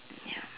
ya